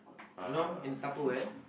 no in Tupperware